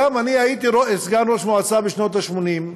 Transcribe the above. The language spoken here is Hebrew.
אני גם הייתי ראש מועצה בשנות ה-80,